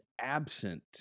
absent